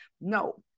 No